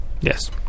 yes